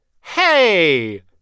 Hey